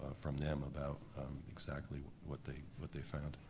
from them, about exactly what they what they found.